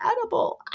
edible